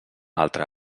altra